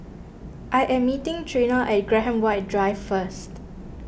I am meeting Trina at Graham White Drive first